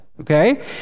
Okay